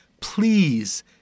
Please